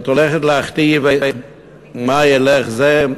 ואת הולכת להכתיב עם מה ילך זה,